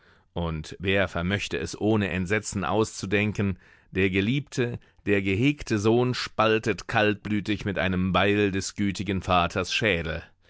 und wer vermöchte es ohne entsetzen auszudenken der geliebte der gehegte sohn spaltet kaltblütig mit einem beil des gütigen vaters schädel